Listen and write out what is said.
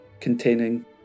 Containing